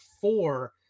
four